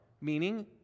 meaning